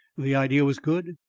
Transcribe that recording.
the idea was good,